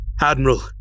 Admiral